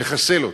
לחסל אותו.